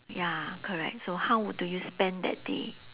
ya correct so how wou~ do you spend that day